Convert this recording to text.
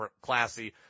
classy